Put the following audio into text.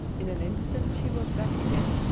in an instant she was back again,